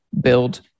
build